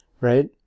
right